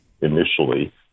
initially